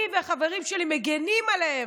אני והחברים שלי מגינים עליהם,